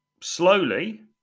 slowly